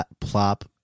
Plop